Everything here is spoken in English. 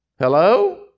Hello